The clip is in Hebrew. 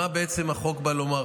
מה בעצם החוק בא לומר?